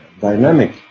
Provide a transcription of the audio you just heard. dynamic